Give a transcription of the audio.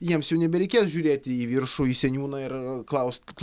jiems jau nebereikės žiūrėti į viršų į seniūną ir klausti